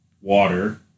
water